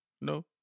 No